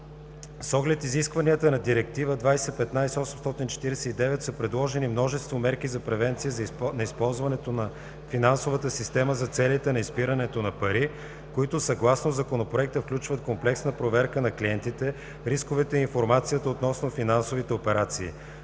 С оглед изискванията на Директива 2015/849 са предложени множество мерки за превенция на използването на финансовата система за целите на изпирането на пари, които съгласно Законопроекта включват комплексна проверка на клиентите, рисковете и информацията около финансовите операции.